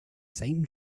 same